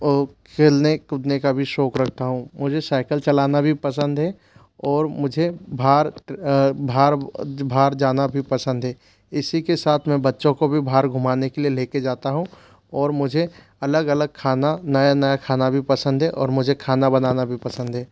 ओ खेलने कूदने का भी शौक रखता हूँ मुझे साईकल चलाना भी पसंद है और मुझे भार बाहर बाहर जाना भी पसंद है इसी के साथ मैं बच्चों को भी बाहर घुमाने के लिए लेके जाता हूँ और मुझे अलग अलग खाना नया नया खाना भी पसंद है और मुझे खाना बनाना भी पसंद है